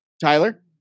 tyler